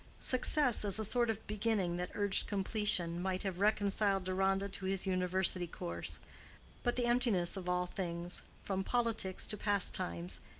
success, as a sort of beginning that urged completion, might have reconciled deronda to his university course but the emptiness of all things, from politics to pastimes,